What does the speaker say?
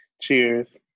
Cheers